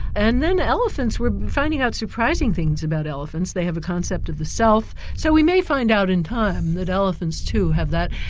and then elephants, we're finding out surprising things about elephants. they have a concept of the self, so we might fund out in time that elephants too, have that,